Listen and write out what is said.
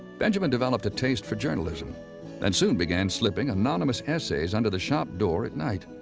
benjamin developed a taste for journalism and soon began slipping anonymous essays under the shop door at night,